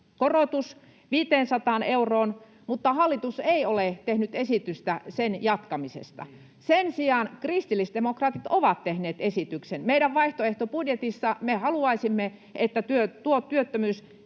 korotus 500 euroon, mutta hallitus ei ole tehnyt esitystä sen jatkamisesta. Sen sijaan kristillisdemokraatit ovat tehneet esityksen. Meidän vaihtoehtobudjetissa me haluaisimme, että tuo työttömyysetuuden